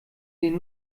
den